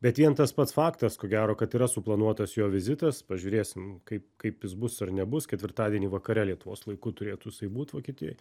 bet vien tas pats faktas ko gero kad yra suplanuotas jo vizitas pažiūrėsim kaip kaip jis bus ar nebus ketvirtadienį vakare lietuvos laiku turėtų jisai būt vokietijoj